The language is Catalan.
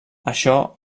això